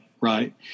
right